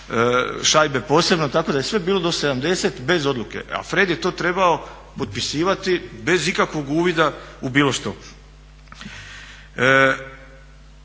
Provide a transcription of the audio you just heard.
šajbe posebno. Tako da je sve bilo do 70 bez odluke. A Fred je to trebao potpisivati bez ikakvog uvida u bilo što.